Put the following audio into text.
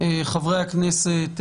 חברי הכנסת,